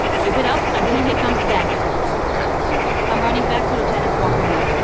keep it up until he comes back okay i'm running back to lieutenant walker, now!